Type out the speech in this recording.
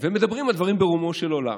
ומדברים על דברים ברומו של עולם.